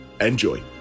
Enjoy